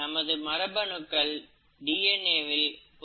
நமது மரபணுக்கள் டிஎன்ஏ வில் பொதிந்து இருக்கின்றன